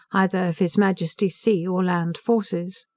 either of his majesty's sea or land forces.